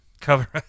Cover